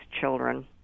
children